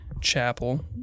chapel